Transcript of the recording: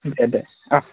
दे दे ओ